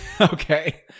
Okay